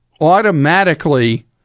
automatically